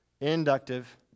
Inductive